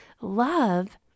love